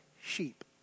sheep